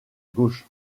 gauche